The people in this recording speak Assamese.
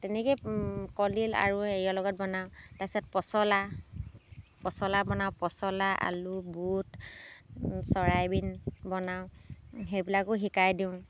তেনেকেই কলডিল আৰু হেৰিয়ৰ লগত বনাওঁ তাৰ পিছত পচলা পচলা বনাওঁ পচলা আলু বুট চয়াবিন বনাওঁ সেইবিলাকো শিকাই দিওঁ